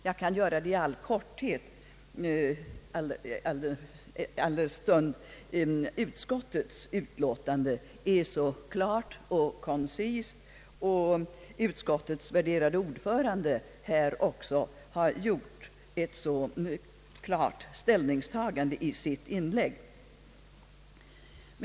Jag kan göra det i all korthet, alldenstund utskottets utlåtande är så klart och koncist och utskottets värderade ordförande här också har gjort ett så klart ställningstagande i sitt inlägg.